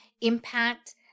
impact